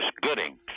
Gooding